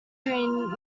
during